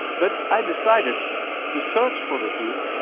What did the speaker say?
but i decided to search for the truth,